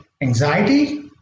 anxiety